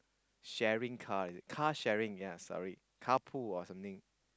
sharing car is it car sharing ya sorry car pool or something